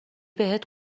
بهت